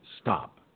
stop